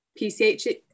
PCH